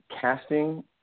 casting